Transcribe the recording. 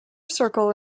circle